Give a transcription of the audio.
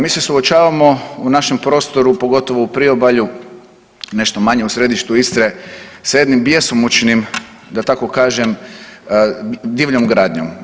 Mi smo suočavamo u našem prostoru pogotovo u priobalju, nešto manje u središtu Istre sa jednim bjesomučnim da tako kažem divljom gradnjom.